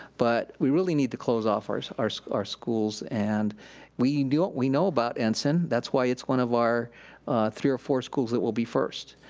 but we really need to close off our so our so schools and we know we know about ensign that's why it's one of our three or four schools that will be first.